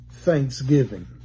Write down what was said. thanksgiving